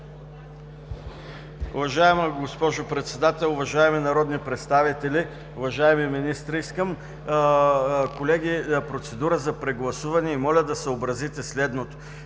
Уважаема госпожо Председател, уважаеми народни представители, уважаеми министри! Колеги, искам процедура по прегласуване и моля да съобразите следното: